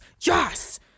yes